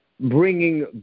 bringing